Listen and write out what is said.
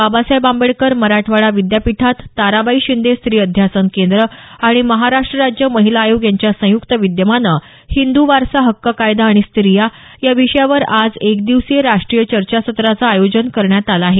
बाबासाहेब आंबेडकर मराठवाडा विद्यापीठात ताराबाई शिंदे स्त्री अभ्यास केंद्र आणि महाराष्ट राज्य महिला आयोग यांच्या संयुक्त विद्यमानं हिंद् वारसा हक्क कायदा आणि स्त्रिया या विषयावर आज एक दिवसीय राष्टीय चर्चासत्राचं आयोजन करण्यात आलं आहे